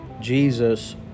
Jesus